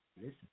listen